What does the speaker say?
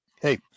hey